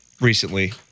recently